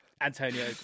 Antonio